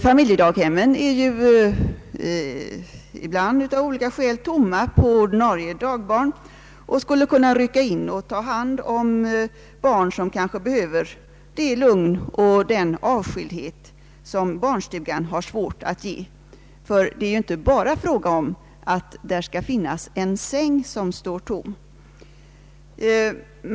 Familjedaghemmen är ibland av olika skäl tomma på ordinarie dagbarn och skulle därför kunna ta hand om barn som kanske behöver det lugn och den avskildhet som barnstugan har svårt att ge; det skall ju inte bara finnas en säng som står tom.